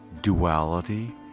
duality